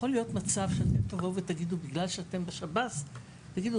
יכול להיות מצב שבגלל שאתם בשב"ס תגידו,